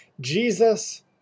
Jesus